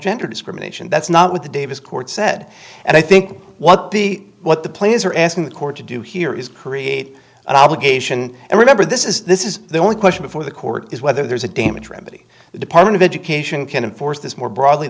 gender discrimination that's not what the davis court said and i think what the what the players are asking the court to do here is create an obligation and remember this is this is the only question before the court is whether there's a damage remedy the department of education can enforce this more broadly